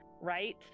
right